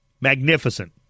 Magnificent